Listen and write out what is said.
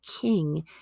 king